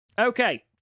Okay